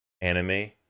anime